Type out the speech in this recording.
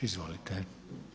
Izvolite.